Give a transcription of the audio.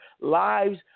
lives